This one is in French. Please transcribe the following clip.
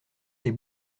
ces